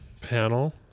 panel